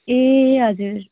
ए हजुर